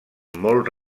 molt